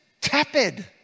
tepid